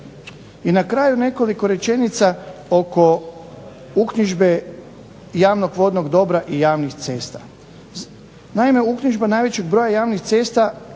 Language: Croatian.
I na kraju nekoliko rečenica oko uknjižbe javnog vodnog dobra i javnih cesta. Naime uknjižba najvećeg broja javnih cesta